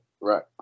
Right